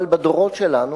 אבל בדורות שלנו,